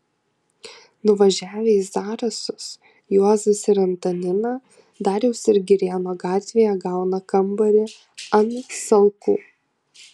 nuvažiavę į zarasus juozas ir antanina dariaus ir girėno gatvėje gauna kambarį ant salkų